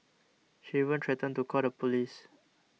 she even threatened to call the police